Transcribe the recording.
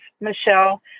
Michelle